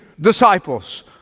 disciples